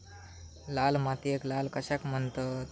लाल मातीयेक लाल माती कशाक म्हणतत?